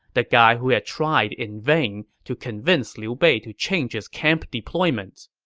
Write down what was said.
the guy who had tried in vain to convince liu bei to change his camp deployments.